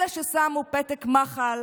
אלה ששמו פתק מחל